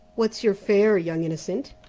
what's your fare, young innocent?